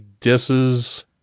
Disses